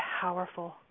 powerful